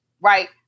right